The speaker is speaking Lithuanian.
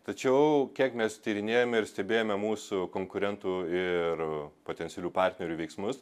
tačiau kiek mes tyrinėjome ir stebėjome mūsų konkurentų ir potencialių partnerių veiksmus